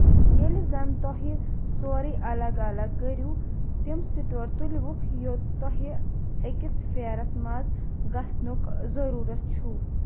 ییلہِ زن توہہِ سورُے الگ الگ كرِو تِم سٹور تُلہِ وٗكھ یو٘ت توہہِ اكِس پھیرس منز گژھنُک ضروُرت چھٗو